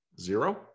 Zero